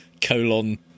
Colon